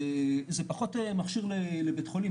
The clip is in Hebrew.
זה פחות מכשיר לבית חולים.